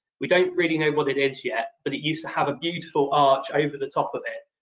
we don't really know what it is yet, but it used to have a beautiful arch over the top of it.